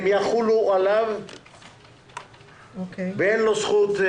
הם יחולו עליו ואין לו זכות.